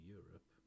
Europe